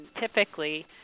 typically